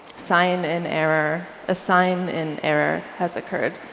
sign-in and error a sign-in error has occurred.